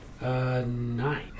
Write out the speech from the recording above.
Nine